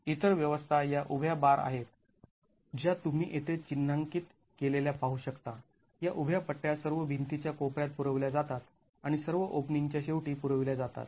इतर व्यवस्था या उभ्या बार आहेत ज्या तुम्ही येथे चिन्हांकित केलेल्या पाहू शकता या उभ्या पट्ट्या सर्व भिंती च्या कोपर्यात पुरविल्या जातात आणि सर्व ओपनिंगच्या शेवटी पुरविल्या जातात